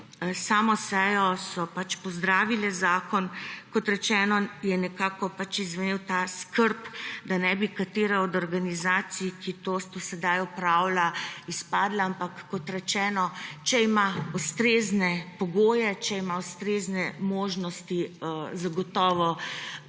na sejo, so pozdravili zakon. Kot rečeno, je bila izpostavljena skrb, da ne bi katera od organizacij, ki to do sedaj opravlja, izpadla, ampak kot rečeno, če ima ustrezne pogoje, če ima ustrezne možnosti, zagotovo